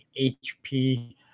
HP